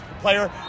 player